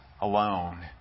alone